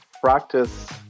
practice